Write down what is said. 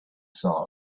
some